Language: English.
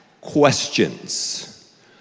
questions